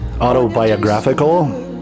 autobiographical